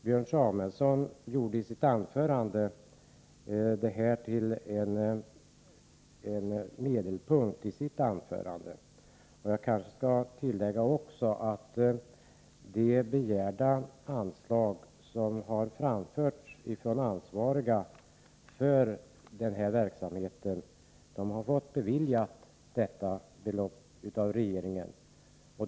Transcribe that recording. Björn Samuelson gjorde detta anslagsyrkande till medelpunkten i sitt anförande. Jag kanske skall tillägga att de för denna verksamhet ansvariga har fått det belopp de begärt beviljat av regeringen.